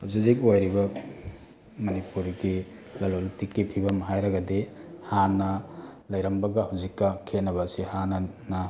ꯍꯧꯖꯤꯛ ꯍꯧꯖꯤꯛ ꯑꯣꯏꯔꯤꯕ ꯃꯅꯤꯄꯨꯔꯒꯤ ꯂꯂꯣꯜ ꯏꯇꯤꯛꯇꯤ ꯐꯤꯕꯝ ꯍꯥꯏꯔꯒꯗꯤ ꯍꯥꯟꯅ ꯂꯩꯔꯝꯕꯒ ꯍꯧꯖꯤꯛꯀ ꯈꯦꯠꯅꯕꯁꯦ ꯍꯥꯟꯅꯅ